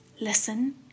Listen